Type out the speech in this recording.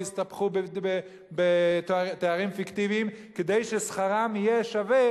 והסתבכו בתארים פיקטיביים כדי ששכרם יהיה שווה